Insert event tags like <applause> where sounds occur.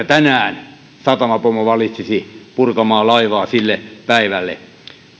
<unintelligible> tänään vuoro satamapomo valitsisi purkamaan laivaa sille päivälle